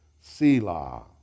Selah